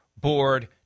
board